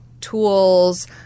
tools